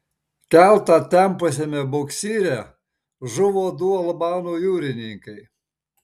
keltą tempusiame buksyre žuvo du albanų jūrininkai